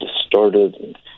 distorted